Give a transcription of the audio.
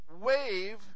wave